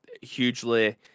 hugely